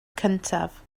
cyntaf